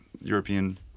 European